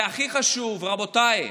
והכי חשוב, רבותיי,